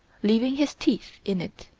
leaving his teeth in it.